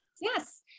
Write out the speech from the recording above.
Yes